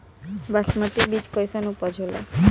बासमती बीज कईसन उपज होला?